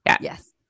Yes